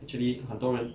actually 很多人